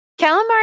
Calamari